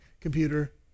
computer